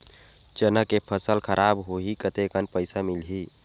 चना के फसल खराब होही कतेकन पईसा मिलही?